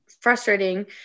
frustrating